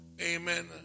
Amen